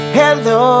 hello